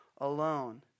alone